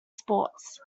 sports